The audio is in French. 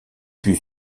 put